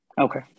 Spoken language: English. Okay